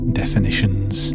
definitions